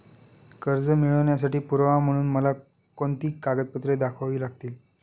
कर्ज मिळवण्यासाठी पुरावा म्हणून मला कोणती कागदपत्रे दाखवावी लागतील?